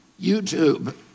YouTube